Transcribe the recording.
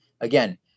again